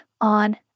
on